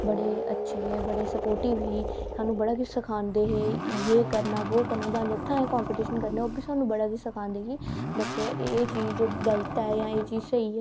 इस गल्ला अख़वारा अजकल घट्ट ही हैन ते ताइयां बैसे बी अजकल लोक जां बडे़ होई गे जां निक्के होई गे